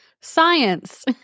Science